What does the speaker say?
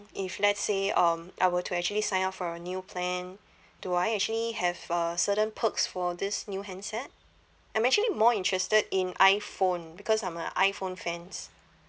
if let's say um I were to actually sign up for a new plan do I actually have a certain perks for this new handset I'm actually more interested in iPhone because I'm a iPhone fans